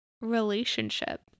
relationship